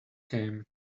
came